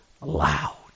loud